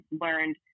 learned